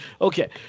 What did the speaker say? Okay